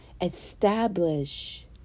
Establish